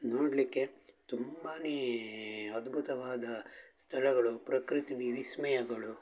ನೋಡಲಿಕ್ಕೆ ತುಂಬಾ ಅದ್ಬುತವಾದ ಸ್ಥಳಗಳು ಪ್ರಕೃತಿ ವಿಸ್ಮಯಗಳು